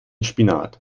spinat